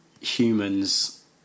humans